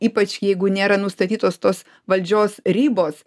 ypač jeigu nėra nustatytos tos valdžios ribos